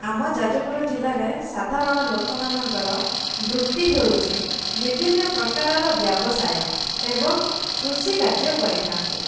ଆମ ଯାଜପୁର ଜିଲ୍ଲାରେ ସାଧାରଣ ଲୋକମାନଙ୍କର ବୃତ୍ତି ହେଉଛି ବିଭିନ୍ନପ୍ରକାରର ବ୍ୟବସାୟ ଏବଂ କୃଷିକାର୍ଯ୍ୟ କରିଥାନ୍ତି